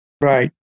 Right